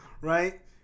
Right